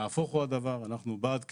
נהפוך הוא הדבר, אנחנו בעד קדמה,